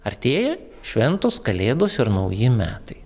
artėja šventos kalėdos ir nauji metai